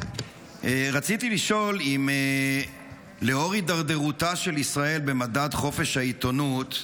רציתי לשאול אם לאור הידרדרותה של ישראל במדד חופש העיתונות,